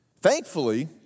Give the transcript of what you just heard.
Thankfully